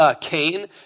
Cain